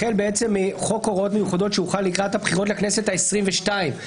החל מחוק הוראות מיוחדות שהוחל לקראת הבחירות לכנסת העשרים ושתיים,